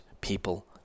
people